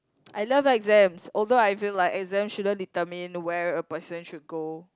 I love exams although I feel like exams shouldn't determine where a person should go